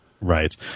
Right